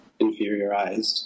inferiorized